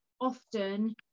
often